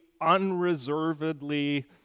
unreservedly